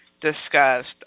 discussed